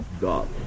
God